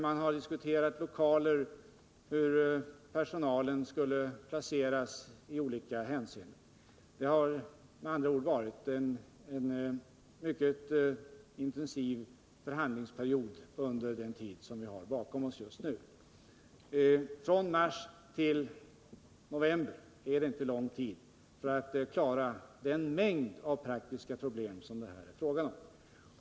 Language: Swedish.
Man har diskuterat lokalfrågan och placeringen av personal i olika hänseenden. Det har med andra ord varit en mycket intensiv förhandlingsperiod. Men tiden från mars till november är inte tillräcklig för att klara den mängd av praktiska problem som det här är fråga om.